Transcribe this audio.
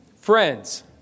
Friends